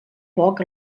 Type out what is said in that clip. poc